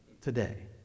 today